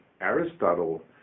Aristotle